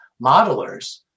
modelers